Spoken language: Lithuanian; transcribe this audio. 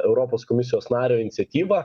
europos komisijos nario iniciatyvą